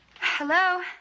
Hello